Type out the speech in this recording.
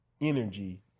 energy